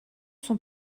son